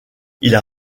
ils